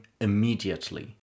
immediately